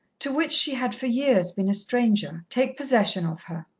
to which she had for years been a stranger, take possession of her.